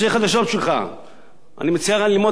אני מציע לך ללמוד את השיטה של השתמש וזרוק.